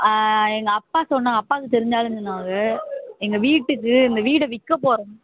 எங்கள் அப்பா சொன்னார் அப்பாவுக்கு தெரிஞ்ச ஆளுன்னு சொன்னாங்க எங்கள் வீட்டுக்கு இந்த வீடை விற்கப் போகிறோம்